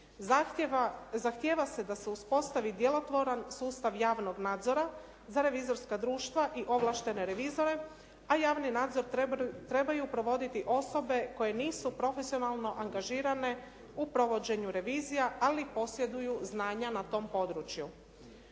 zahtjeva se da se uspostavi djelotvoran sustav javnog nadzora za revizorska društva i ovlaštene revizore, a javni nadzor trebaju provoditi osobe koje nisu profesionalno angažirane u provođenju revizija, ali posjeduju znanja na tom području.